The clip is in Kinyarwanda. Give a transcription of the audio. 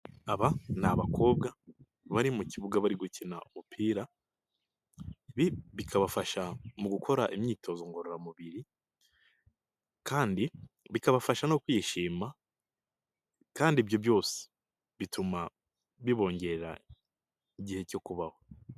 Aba ni abakobwa bari mu kibuga bari gukina umupira, ibi bikabafasha mu gukora imyitozo ngororamubiri kandi bikabafasha no kwishima kandi ibyo byose bituma bibongerera igihe cyo kubaho.